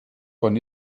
von